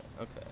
okay